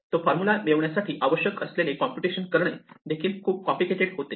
तो फार्मूला मिळवण्यासाठी आवश्यक असलेले कॉम्प्युटेशन करणे देखील खूप कॉम्प्लिकेटेड होते